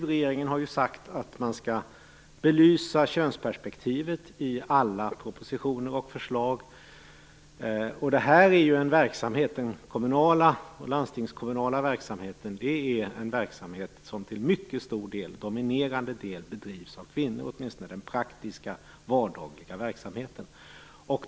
Regeringen har sagt att man skall belysa könsperspektivet i alla propositioner och förslag. Den kommunala och landstingskommunala verksamheten är en verksamhet som till mycket stor del domineras av kvinnor, åtminstone den praktiska vardagliga verksamheten.